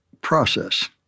process